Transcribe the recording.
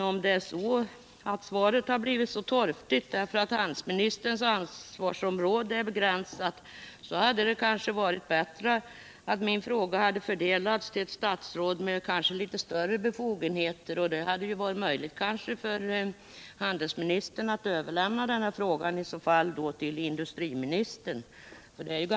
Om svaret blivit så torftigt på grund av att handelsministerns ansvarsområde är begränsat hade det kanske varit bättre att min fråga överlämnats till ett statsråd med litet större befogenheter. Det kanske hade varit möjligt för handelsministern att i så fall överlämna frågan till industriministern.